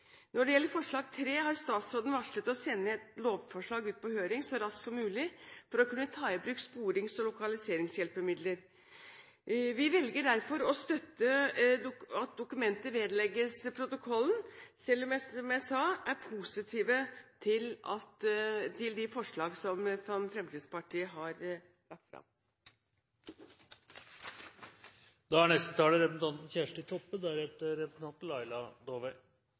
Når det gjelder forslag nr. 3, har statsråden varslet å sende et lovforslag ut på høring så raskt som mulig for å kunne ta i bruk sporings- og lokaliseringshjelpemidler. Vi velger derfor å støtte at forslaget vedlegges protokollen, selv om vi – som jeg sa – er positive til de forslag som Fremskrittspartiet og Kristelig Folkeparti har lagt fram. Representantforslaget handlar om å utvida bruk av velferdsteknologi i helse- og omsorgssektoren. Eg oppfattar at det er